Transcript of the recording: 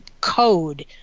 code